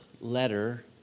letter